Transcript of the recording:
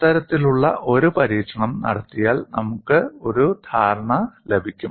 അത്തരത്തിലുള്ള ഒരു പരീക്ഷണം നടത്തിയാൽ നമുക്ക് ഒരു ധാരണ ലഭിക്കും